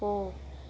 போ